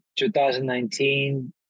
2019